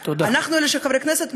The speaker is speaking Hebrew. אנחנו חברי הכנסת,